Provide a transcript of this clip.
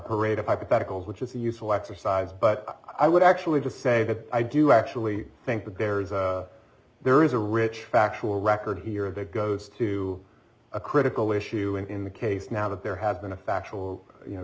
parade of hypotheticals which is a useful exercise but i would actually just say that i do actually think that there is a there is a rich factual record here a big goes to a critical issue in the case now that there have been a factual you know